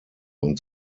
und